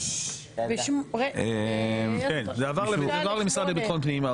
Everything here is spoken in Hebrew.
הרשות הזאת עברה למשרד לביטחון פנים.